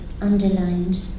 underlined